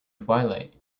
twilight